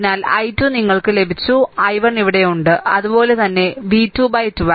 അതിനാൽ i 2 നിങ്ങൾക്ക് ലഭിച്ചു i 1 നിങ്ങൾക്ക് ഉണ്ട് അതുപോലെ തന്നെ v 212